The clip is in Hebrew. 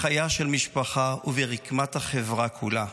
בחייה של משפחה וברקמת החברה כולה.